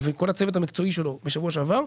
וכל הצוות המקצועי שלו בשבוע שעבר,